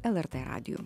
lrt radiju